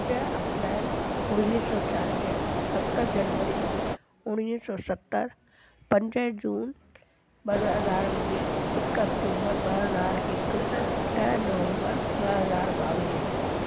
ॾ अप्रैल उणिवीह सौ चालीह सत जनवरी उणिवीह सौ सतरि पंज जून ॿ हज़ार वीह हिकु अक्टूबर ॿ हजार हिकु ॾह नवंबर ॿ हज़ार ॿावीह